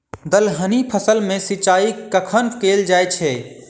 दलहनी फसल मे सिंचाई कखन कैल जाय छै?